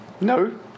No